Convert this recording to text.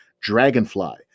DRAGONFLY